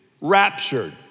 raptured